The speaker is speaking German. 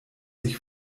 sich